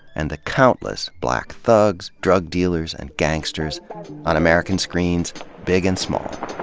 and the countless black thugs, drug dealers, and gangsters on american screens big and small.